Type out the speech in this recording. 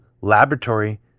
laboratory